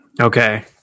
okay